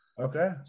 Okay